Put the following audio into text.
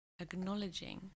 acknowledging